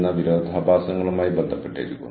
അതിനാൽ നമ്മൾ കൺസൾട്ടന്റുകളെ ആശ്രയിക്കുന്നു